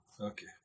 Okay